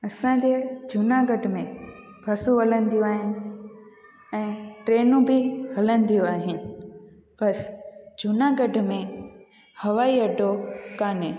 असांजे जूनागढ़ में बसूं हलंदियूं आहिनि ऐं ट्रेनूं बि हलंदियूं आहिनि बसि जूनागढ़ में हवाईअॾो कान्हे